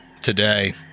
today